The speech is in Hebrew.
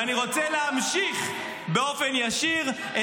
ואני רוצה להמשיך באופן ישיר.